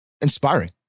Inspiring